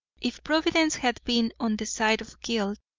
if providence had been on the side of guilt,